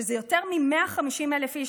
שזה יותר מ-150,000 איש,